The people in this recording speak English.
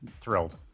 thrilled